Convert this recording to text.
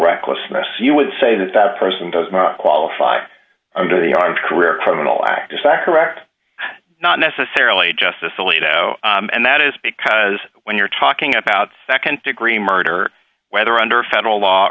recklessness you would say that that person does not qualify under the arm career criminal act in fact correct not necessarily justice alito and that is because when you're talking about nd degree murder whether under federal law